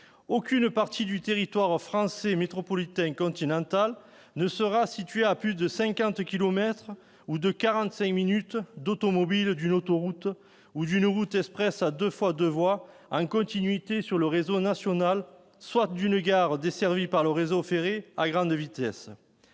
aucune partie du territoire français métropolitain continental ne [serait] située à plus de 50 kilomètres ou de 45 minutes d'automobile soit d'une autoroute ou d'une route expresse à 2x2 voies en continuité sur le réseau national, soit d'une gare desservie par le réseau ferré à grande vitesse